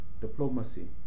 diplomacy